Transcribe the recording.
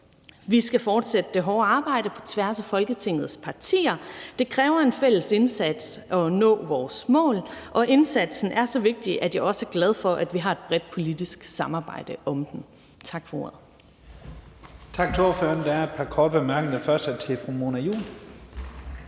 Vi skal fortsætte det hårde arbejde på tværs af Folketingets partier. Det kræver en fælles indsats at nå vores mål, og indsatsen er så vigtig, at jeg også er glad for, at vi har et bredt politisk samarbejde om den. Tak for ordet.